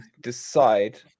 decide